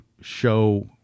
show